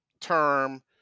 term